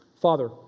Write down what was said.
Father